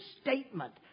statement